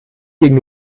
gegen